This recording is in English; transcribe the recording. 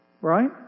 Right